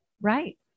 right